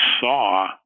saw